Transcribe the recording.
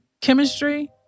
chemistry